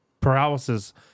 paralysis